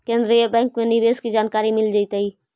केन्द्रीय बैंक में निवेश की जानकारी मिल जतई